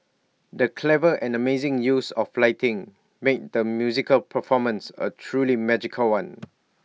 the clever and amazing use of lighting made the musical performance A truly magical one